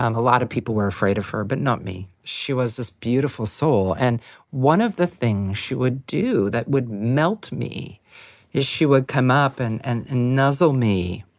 um a lot of people were afraid of her but not me. she was this beautiful soul and one of the things she would do that would melt me is she would come up and and nuzzle me.